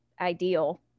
ideal